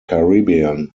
caribbean